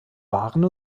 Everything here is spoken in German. waren